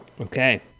Okay